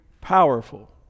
powerful